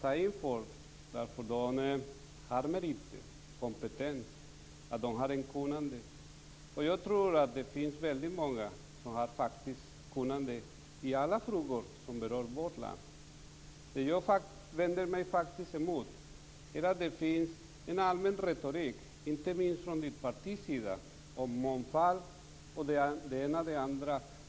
ta in personer som har meriter, kompetens och kunnande. Jag tror att det finns många som har ett kunnande i alla frågor som berör vårt land. Vad jag vänder mig mot är den allmänna retoriken, inte minst från Gustaf von Essens sida, när det gäller mångfald och det ena med det andra.